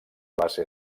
base